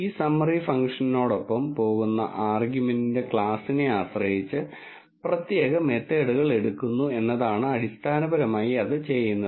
ഈ സമ്മറി ഫംഗ്ഷനോടൊപ്പം പോകുന്ന ആർഗ്യുമെന്റിന്റെ ക്ലാസിനെ ആശ്രയിച്ച് പ്രത്യേക മെത്തേഡുകൾ എടുക്കുന്നു എന്നതാണ് അടിസ്ഥാനപരമായി അത് ചെയ്യുന്നത്